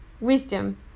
wisdom